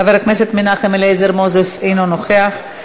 חבר הכנסת מנחם אליעזר מוזס, אינו נוכח.